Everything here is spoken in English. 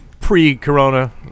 pre-corona